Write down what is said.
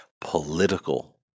political